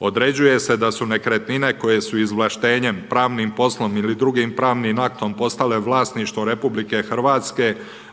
Određuje se da su nekretnine koje su izvlaštenjem pravnim poslom ili drugim pravnim aktom postale vlasništvo RH,